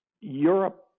Europe